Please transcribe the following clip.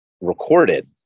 recorded